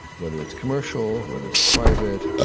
whether it's commercial, whether it's private,